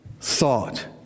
thought